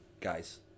Guys